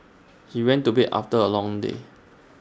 he went to bed after A long day